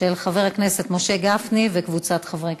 של חבר הכנסת משה גפני וקבוצת חברי הכנסת.